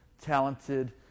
talented